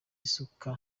isuka